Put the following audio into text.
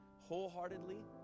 wholeheartedly